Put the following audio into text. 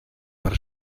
per